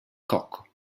cocco